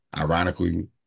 Ironically